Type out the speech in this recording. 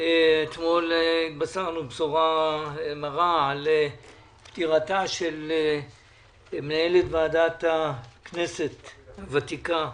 אתמול התבשרנו בשורה מרה על פטירתה של מנהלת ועדת הכנסת הוותיקה,